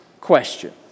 question